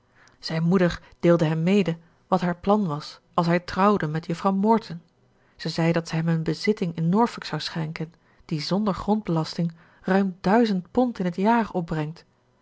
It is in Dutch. zijn moeder deelde hem mede wat haar plan was als hij trouwde met juffrouw morton ze zei dat ze hem hun bezitting in norfolk zou schenken die zonder grondbelasting ruim duizend pond in het jaar opbrengt